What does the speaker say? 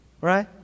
right